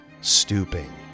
Stooping